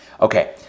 Okay